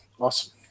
Awesome